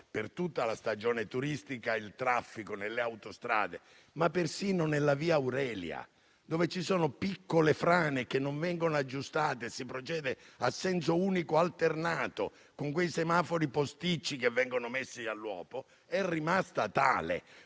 per tutta la stagione turistica, il traffico sulle autostrade, ma persino sulla via Aurelia dove ci sono piccole frane che non vengono aggiustate e si procede a senso unico alternato con alcuni semafori posticci che vengono messi all'uopo, è rimasto lo